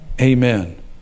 Amen